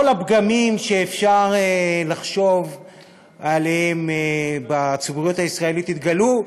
הפגמים שאפשר לחשוב עליהם בציבוריות הישראלית התגלו,